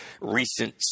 Recent